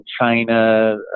China